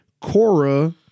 Cora